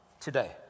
today